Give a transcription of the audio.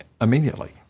immediately